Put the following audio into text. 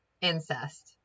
incest